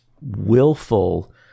willful